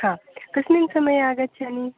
हा कस्मिन् समये आगच्छामि